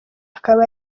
akaba